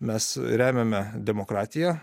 mes remiame demokratiją